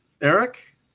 Eric